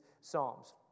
Psalms